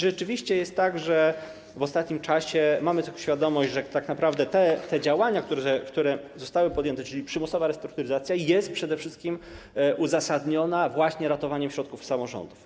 Rzeczywiście jest tak, że w ostatnim czasie mamy tego świadomość, że tak naprawdę te działania, które zostały podjęte, czyli przymusowa restrukturyzacja, są przede wszystkim uzasadnione właśnie ratowaniem środków samorządów.